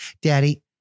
Daddy